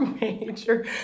major